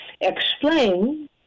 Explain